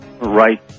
right